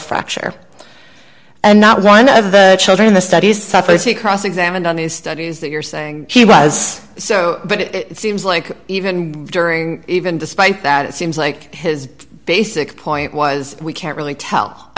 fracture and not one of the children the studies such as he cross examined on these studies that you're saying he was so but it seems like even during even despite that it seems like his basic point was we can't really tell i